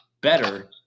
better